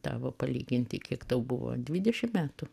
tavo palyginti kiek tau buvo dvidešim metų